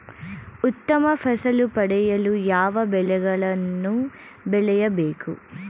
ಉತ್ತಮ ಫಸಲು ಪಡೆಯಲು ಯಾವ ಬೆಳೆಗಳನ್ನು ಬೆಳೆಯಬೇಕು?